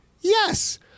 yes